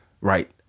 right